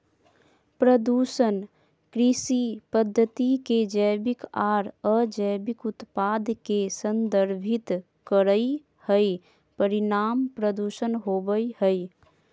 प्रदूषण कृषि पद्धति के जैविक आर अजैविक उत्पाद के संदर्भित करई हई, परिणाम प्रदूषण होवई हई